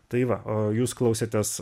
tai va o jūs klausėtės